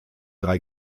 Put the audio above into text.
drei